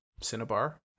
Cinnabar